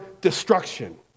destruction